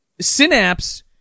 synapse